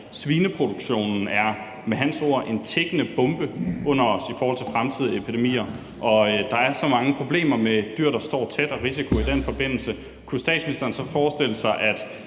svineproduktionen med hans ord er en tikkende bombe under os i forhold til fremtidige epidemier, og når der er så mange problemer med dyr, der står tæt, og risici i den forbindelse, kan statsministeren så forestille sig,